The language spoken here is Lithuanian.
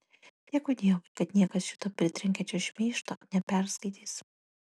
dėkui dievui kad niekas šito pritrenkiančio šmeižto neperskaitys